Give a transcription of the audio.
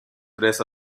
tres